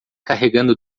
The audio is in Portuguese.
carregando